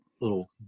little